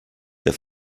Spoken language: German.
der